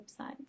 websites